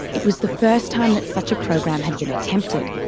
it was the first time that such a program had been attempted,